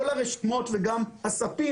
כל הרשימות וגם הספים,